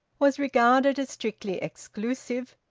was regarded as strictly exclusive,